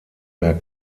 mehr